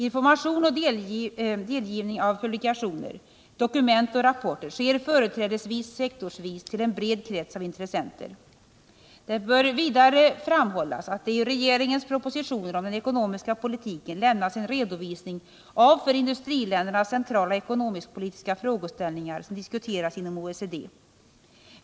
Information och delgivning av publikationer, dokument och rapporter sker företrädesvis sektorsvis till en bred krets av intressenter. Det bör vidare framhållas att det i regeringens propositioner om den ekonomiska politiken lämnas en redovisning av för industriländerna centrala ekonomisk-politiska frågeställningar som diskuteras inom OECD.